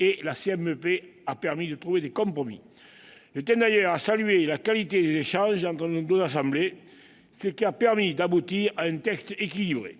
et la commission mixte paritaire a permis de trouver des compromis. Je tiens d'ailleurs à saluer la qualité des échanges entre nos deux chambres, qui a permis d'aboutir à un texte équilibré.